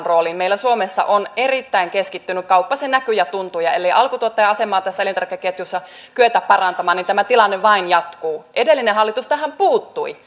rooliin meillä suomessa on erittäin keskittynyt kauppa se näkyy ja tuntuu ja ellei alkutuottajan asemaa tässä elintarvikeketjussa kyetä parantamaan niin tämä tilanne vain jatkuu edellinen hallitus tähän puuttui